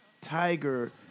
Tiger